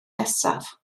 nesaf